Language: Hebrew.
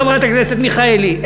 חברת הכנסת מיכאלי,